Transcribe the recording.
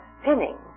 spinning